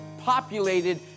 populated